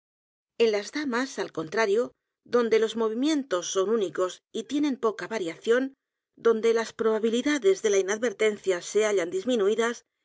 en las damas al contrario donde los movimientos son únicos y tienen poca variación donde las probabilidades de la inadvertencia se hallan disminuidas